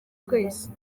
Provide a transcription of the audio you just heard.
twese